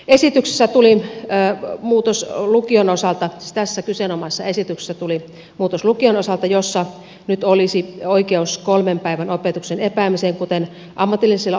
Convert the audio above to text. esityksessä oli muutos lukion osalta tässä kyseenomaisessa esityksessä tuli muutos lukion osalta jossa nyt olisi oikeus kolmen päivän opetuksen epäämiseen kuten ammatillisilla oppilaitoksilla on ollut